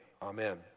Amen